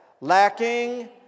Lacking